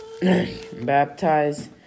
baptize